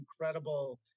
incredible